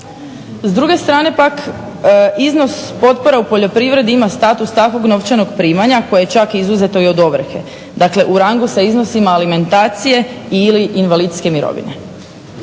S druge strane pak iznos potpora u poljoprivredi ima status takvog novčanog primanja koje je čak izuzeto i od ovrhe. Dakle, u rangu sa iznosima alimentacije ili invalidske mirovine.